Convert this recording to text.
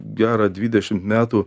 gerą dvidešimt metų